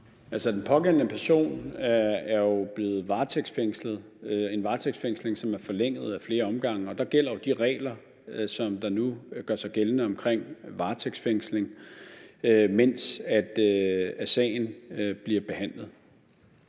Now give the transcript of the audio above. den pågældende person er jo blevet varetægtsfængslet, en varetægtsfængsling, som er forlænget ad flere omgange, og der gælder de regler, som nu gør sig gældende omkring varetægtsfængsling, mens sagen bliver behandlet.